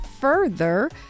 further